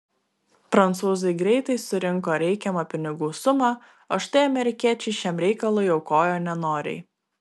prancūzai greitai surinko reikiamą pinigų sumą o štai amerikiečiai šiam reikalui aukojo nenoriai